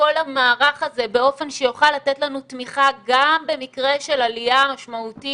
כל המערך הזה באופן שיוכל לתת לנו תמיכה גם במקרה של עלייה משמעותית